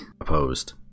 opposed